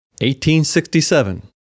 1867